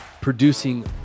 producing